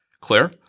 Claire